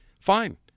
Fine